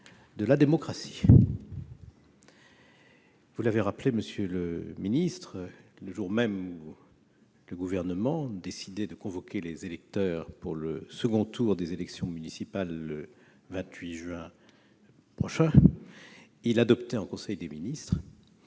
de la démocratie. Vous l'avez rappelé, monsieur le ministre, le jour même où le Gouvernement décidait de convoquer les électeurs pour le second tour des élections municipales le 28 juin prochain, il adoptait en conseil des ministres